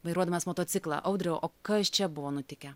vairuodamas motociklą audriau o kas čia buvo nutikę